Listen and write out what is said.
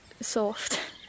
soft